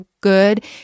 good